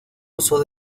uso